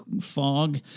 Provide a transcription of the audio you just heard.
fog